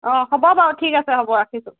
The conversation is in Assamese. অঁ হ'ব বাৰু ঠিক আছে হ'ব ৰাখিছোঁ